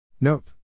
Nope